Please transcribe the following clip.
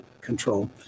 control